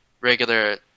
regular